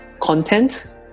content